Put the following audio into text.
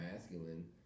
masculine